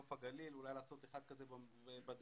אולי לעשות דבר כזה גם בדרום,